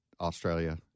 Australia